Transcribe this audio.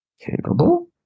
Capable